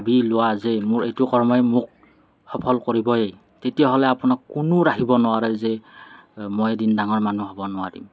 দি লোৱা যে মোৰ এইটো কৰ্মই মোক সফল কৰিবই তেতিয়াহ'লে আপোনাক কোনো ৰাখিব নোৱাৰে যে মই এদিন ডাঙৰ মানুহ হ'ব নোৱাৰিম